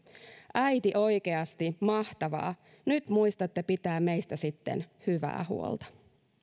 äiti oikeasti mahtavaa nyt muistatte pitää meistä sitten hyvää huolta